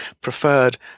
preferred